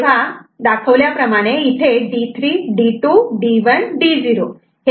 तेव्हा D3 D2 D1 D0 हे चार इनपुट आहेत